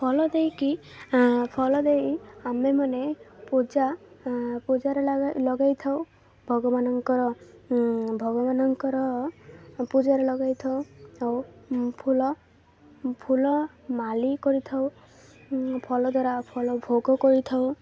ଫଳ ଦେଇକି ଫଳ ଦେଇ ଆମେମାନେ ପୂଜା ପୂଜାରେ ଲଗେଇଥାଉ ଭଗବାନଙ୍କର ଭଗବାନଙ୍କର ପୂଜାରେ ଲଗାଇଥାଉ ଆଉ ଫୁଲ ଫୁଲ ମାଳି କରିଥାଉ ଫଳ ଦ୍ୱାରା ଫଳ ଭୋଗ କରିଥାଉ